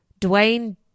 Dwayne